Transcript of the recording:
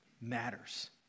matters